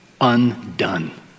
undone